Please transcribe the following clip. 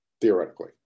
Theoretically